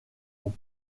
ont